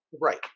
right